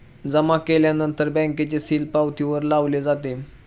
जमा केल्यानंतर बँकेचे सील पावतीवर लावले जातो